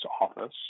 office